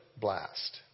blast